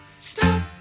Stop